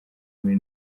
muri